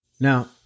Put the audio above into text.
Now